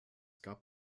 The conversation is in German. gab